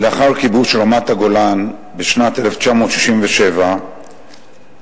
לאחר כיבוש רמת-הגולן בשנת 1967 היו